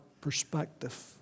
perspective